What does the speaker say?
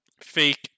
fake